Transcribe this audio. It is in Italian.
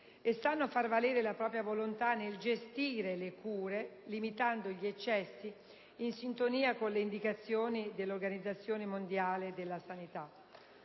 e sanno far valere la propria volontà nel gestire le cure, limitando gli eccessi, in sintonia con le indicazioni dell'Organizzazione mondiale della sanità.